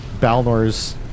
Balnor's